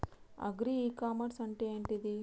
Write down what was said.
Agri e commerce అంటే ఏంటిది?